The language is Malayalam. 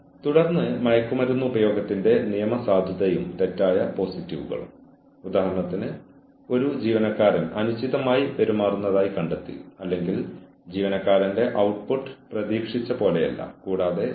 പക്ഷേ പുരോഗമനപരമായ അച്ചടക്കം പ്രധാനമായും സൂചിപ്പിക്കുന്നത് അച്ചടക്കം ഉറപ്പാക്കുന്നതിനോ അല്ലെങ്കിൽ ഒരു ജീവനക്കാരന്റെ പ്രവർത്തനങ്ങൾ ശരിയാക്കുന്നതിനോ ഉള്ള ഒരു ഘട്ടം പിന്തുടരുന്നതിനെയാണ് ജീവനക്കാരൻ അവളിൽ നിന്ന് പ്രതീക്ഷിക്കുന്നതെന്തും ചെയ്യാൻ തുടങ്ങും